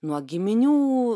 nuo giminių